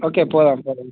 okay పోదాము పోదాము